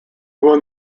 won